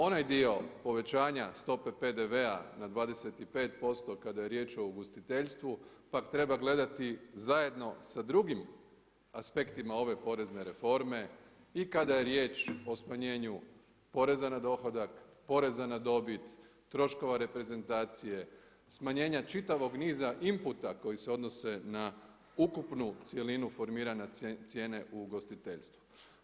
Onaj dio povećanja stope PDV-a na 25% kada je riječ o ugostiteljstvu pak treba gledati zajedno sa drugim aspektima ove porezne reforme i kada je riječ o smanjenju poreza na dohodak, poreza na dobit, troškova reprezentacije, smanjenja čitavog niza imputa koji se odnose na ukupnu cjelinu formiranja cijene u ugostiteljstvu.